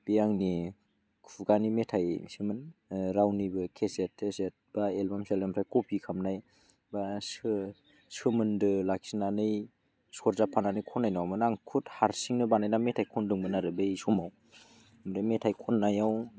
बे आंनि खुगानि मेथाइसोमोन रावनिबो केसेट थेसेट बा एलबाम सेलबामफोर कपि खामनाय बा सोमोन्दो लाखिनानै सरजाबफानानै खननाय नङामोन आं खुद हारसिंनो बानायना मेथाइ खन्दोंमोन आरो बै समाव बे मेथाइ खननायाव